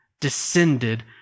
descended